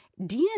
DNA